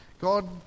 God